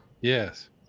Yes